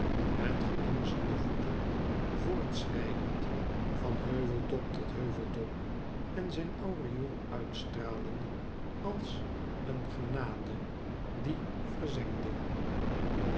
met glanzende voeten voortschrijdende van heuveltop tot heuveltop en zijn aureool uitstralende als een genade die verzengde